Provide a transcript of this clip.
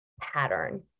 pattern